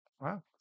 Wow